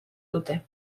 dute